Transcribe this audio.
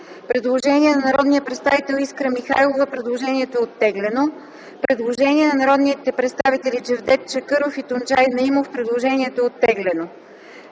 Предложение на народния представител Искра Михайлова. Предложението е оттеглено. Предложение на народните представители Джевдет Чакъров и Тунджай Наимов. Предложението е оттеглено.